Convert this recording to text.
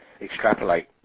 extrapolate